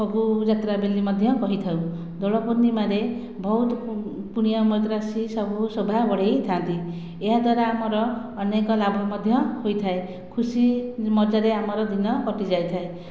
ଫଗୁ ଯାତ୍ରା ବୋଲି ମଧ୍ୟ କହିଥାଉ ଦୋଳ ପୁର୍ଣିମାରେ ବହୁତ କୁଣିଆ ମୈତ୍ର ଆସି ସବୁ ଶୋଭା ବଢ଼େଇଥାଆନ୍ତି ଏହାଦ୍ୱାରା ଆମର ଅନେକ ଲାଭ ମଧ୍ୟ ହୋଇଥାଏ ଖୁସି ମଜାରେ ଆମର ଦିନ କଟିଯାଇଥାଏ